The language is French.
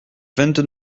vingt